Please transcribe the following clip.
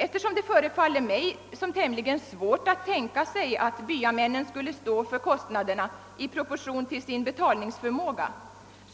Eftersom det förefaller tämligen svårt att tänka sig att byamännen skulle stå för kostnaderna i proportion till sin betalningsförmåga,